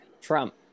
Trump